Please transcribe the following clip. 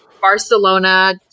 Barcelona